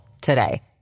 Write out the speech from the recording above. today